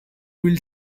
will